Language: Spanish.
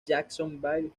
jacksonville